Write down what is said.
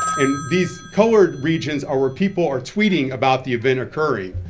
and these colored regions are where people are tweeting about the event occurring.